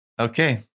okay